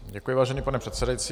Děkuji, vážený pane předsedající.